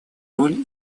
роль